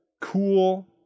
cool